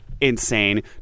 insane